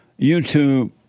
YouTube